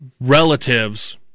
relatives